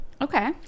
Okay